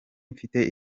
mfite